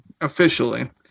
officially